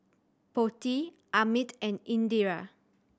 Potti Amit and Indira